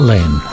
Len